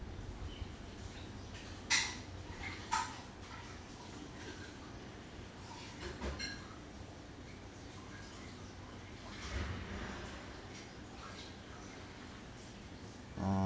uh